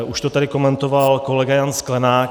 Už to tady komentoval kolega Jan Sklenák.